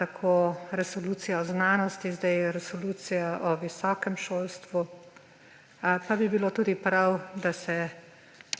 tako resolucijo o znanosti, zdaj resolucija o visokem šolstvu, pa bi bilo tudi prav, da se